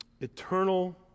eternal